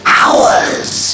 hours